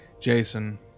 Jason